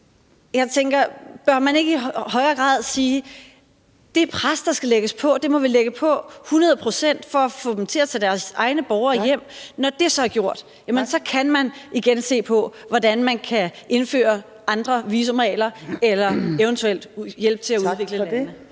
Jeg tænker, om man ikke i højere grad bør sige: Det pres, der skal lægges på, må vi lægge på hundrede procent for at få dem til at tage deres egne borgere hjem. Når det så er gjort, kan man igen se på, hvordan man kan indføre andre visumregler eller eventuelt hjælpe til at udvikle lande.